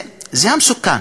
זה המסוכן,